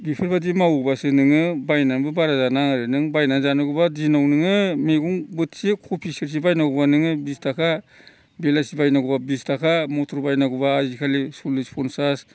बेफोरबायदि मावोबासो नोङो बायनानैबो बारा जानाङा आरो नों बायनानै जानांगौबा दिनाव नोङो मैगं बोथिसे कबि सेरसे बायनांगौबा नोङो बिस थाखा बिलाथि बायनांगौबा बिस थाखा मथर बायनांगौबा आजिखालि सल्लिस फनसास